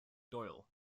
doyle